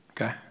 okay